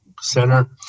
center